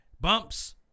bumps